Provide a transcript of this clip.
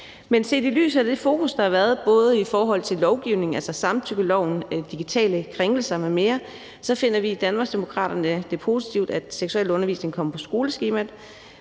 Men set i lyset af det fokus, der har været både i lovgivningen, altså i samtykkeloven, og i forbindelse med digitale krænkelser m.m., så finder vi det i Danmarksdemokraterne positivt, at seksualundervisning kommer på skoleskemaet.